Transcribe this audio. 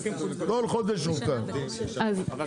כל חודש של ארכה.